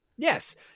Yes